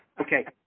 Okay